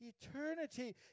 eternity